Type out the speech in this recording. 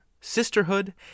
sisterhood